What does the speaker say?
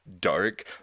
dark